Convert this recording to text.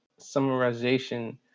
summarization